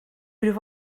would